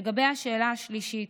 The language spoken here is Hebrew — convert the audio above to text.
לגבי השאלה השלישית,